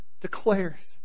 declares